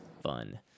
Fun